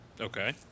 Okay